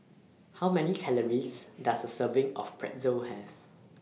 How Many Calories Does A Serving of Pretzel Have